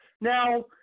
Now